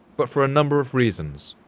but for a number of reasons,